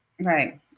Right